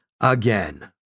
again